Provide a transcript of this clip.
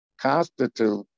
constitute